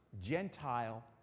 Gentile